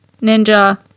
ninja